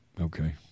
Okay